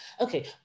Okay